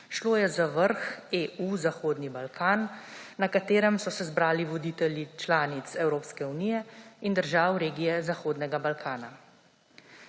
Šlo je za vrh EU-Zahodni Balkan, na katerem so se zbrali voditelji članic Evropske unije in držav regije Zahodnega Balkana.